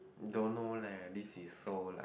don't know leh this is so like